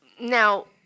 now